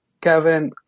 Kevin